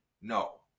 No